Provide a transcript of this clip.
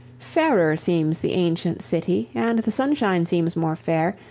fairer seems the ancient city and the sunshine seems more fair,